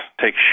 take